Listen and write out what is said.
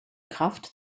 kraft